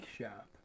shop